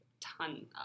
ton